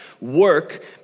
work